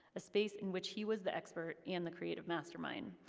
a space in which he was the expert, and the creative mastermind,